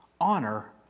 honor